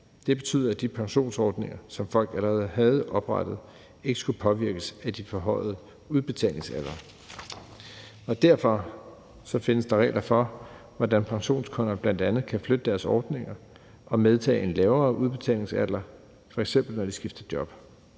Det betød, at de pensionsordninger, som folk allerede havde oprettet, ikke skulle påvirkes af de forhøjede udbetalingsaldre. Derfor findes der regler for, hvordan pensionskunderne bl.a. kan flytte deres ordninger og medtage en lavere udbetalingsalder, f.eks. når de skifter job.